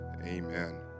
Amen